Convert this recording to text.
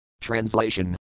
Translation